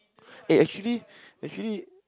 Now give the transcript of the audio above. eh actually actually